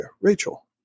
Rachel